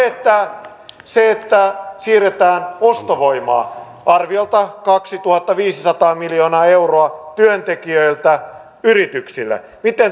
että se että siirretään ostovoimaa arviolta kaksituhattaviisisataa miljoonaa euroa työntekijöiltä yrityksille